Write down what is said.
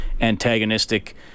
antagonistic